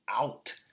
out